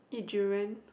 eat Durian